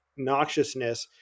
noxiousness